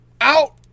Out